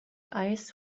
eyes